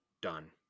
Done